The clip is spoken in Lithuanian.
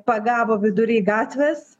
pagavo vidury gatvės